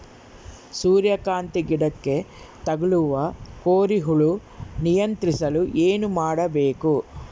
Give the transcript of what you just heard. ಸೂರ್ಯಕಾಂತಿ ಗಿಡಕ್ಕೆ ತಗುಲುವ ಕೋರಿ ಹುಳು ನಿಯಂತ್ರಿಸಲು ಏನು ಮಾಡಬೇಕು?